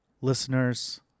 listeners